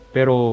Pero